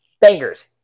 bangers